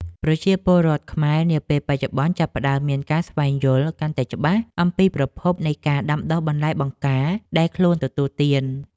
ប្រជាពលរដ្ឋខ្មែរនាពេលបច្ចុប្បន្នចាប់ផ្តើមមានការស្វែងយល់កាន់តែច្បាស់អំពីប្រភពនៃការដាំដុះបន្លែបង្ការដែលខ្លួនទទួលទាន។